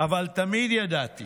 אבל תמיד ידעתי